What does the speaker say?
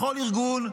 בכל ארגון,